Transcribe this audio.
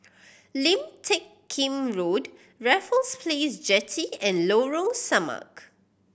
Lim Teck Kim Road Raffles Place Jetty and Lorong Samak